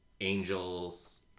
Angel's